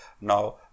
Now